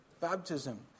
baptism